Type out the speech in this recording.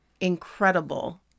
incredible